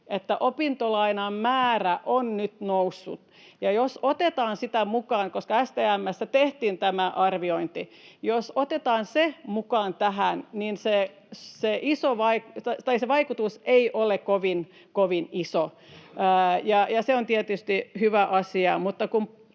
opintolainan määrä on nyt noussut. STM:ssä kuitenkin tehtiin tällainenkin arviointi, ja jos otetaan se mukaan tähän, niin se vaikutus ei ole kovin iso, ja se on tietysti hyvä asia.